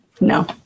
No